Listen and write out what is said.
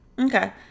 okay